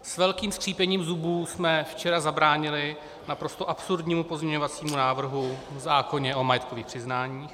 S velkým skřípěním zubů jsme včera zabránili naprosto absurdnímu pozměňovacímu návrhu v zákoně o majetkových přiznáních.